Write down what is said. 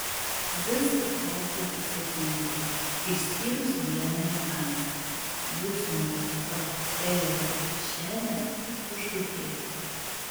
viskas klostėsi sėkmingai išskyrus vieną niuansą būsimojo rokfelerio kišenės tuštutėlės